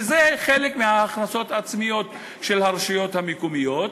וזה חלק מההכנסות העצמיות של הרשויות המקומיות,